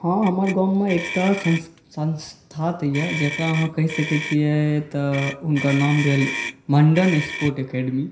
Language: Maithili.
हँ हमर गाममे एकटा संस्था तऽ यए जकरा अहाँ कहि सकैत छियै तऽ हुनकर नाम भेल मण्डन स्पोर्ट एकेडमी